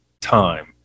time